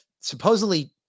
supposedly